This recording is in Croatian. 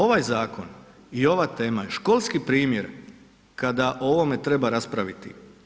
Ovaj zakon i ova tema je školski primjer kada o ovome treba raspraviti.